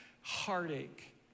heartache